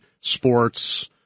sports